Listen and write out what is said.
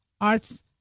Arts